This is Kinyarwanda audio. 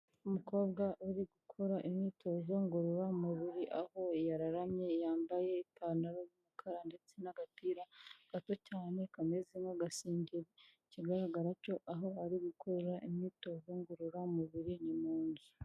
Umukobwa uri gukora imyitozo ngororamubiri aho yararamye yambaye ipantaro y'umukara ndetse n'agapira gato cyane kameze nk'agasengeri, ikigaragara cyo aho ari gukorera imyitozo ngororamubiri ni mu nzu.